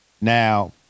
Now